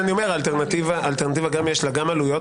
גם לאלטרנטיבה יש עלויות.